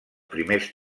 primers